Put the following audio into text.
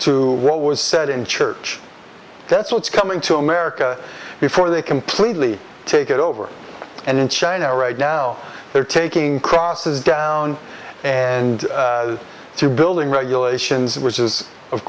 to what was said in church that's what's coming to america before they completely take it over and in china right now they're taking crosses down and to building regulations which is of